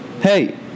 Hey